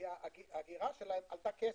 כי האגירה שלהם עלתה כסף,